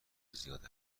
زیاد